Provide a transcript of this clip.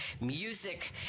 music